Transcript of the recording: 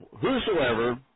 Whosoever